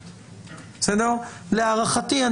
להערכתי,